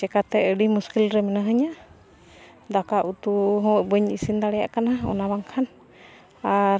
ᱪᱮᱠᱟᱛᱮ ᱟᱹᱰᱤ ᱢᱩᱥᱠᱤᱞ ᱨᱮ ᱢᱮᱱᱟ ᱦᱟᱹᱧᱟ ᱫᱟᱠᱟ ᱩᱛᱩ ᱦᱚᱸ ᱵᱟᱹᱧ ᱤᱥᱤᱱ ᱫᱟᱲᱮᱭᱟᱜ ᱠᱟᱱᱟ ᱚᱱᱟ ᱵᱟᱝᱠᱷᱟᱱ ᱟᱨ